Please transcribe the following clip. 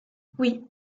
oui